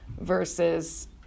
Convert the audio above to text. versus